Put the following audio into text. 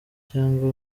cyangwa